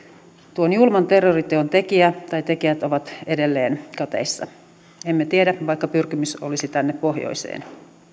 tuon julman terroriteon tekijä tai tekijät ovat edelleen kateissa emme tiedä vaikka pyrkimys olisi tänne pohjoiseen